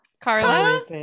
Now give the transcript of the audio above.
Carla